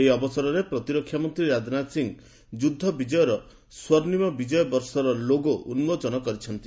ଏହି ଅବସରରେ ପ୍ରତିରକ୍ଷା ମନ୍ତ୍ରୀ ରାଜନାଥ ସିଂହ ଯୁଦ୍ଧ ବିଜୟର 'ସ୍ୱର୍ଷ୍ଣିମ ବିଜୟ ବର୍ଷ'ର ଲୋଗୋ ଉନ୍କୋଚନ କରିଛନ୍ତି